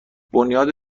بنیاد